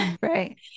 Right